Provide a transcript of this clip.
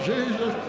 Jesus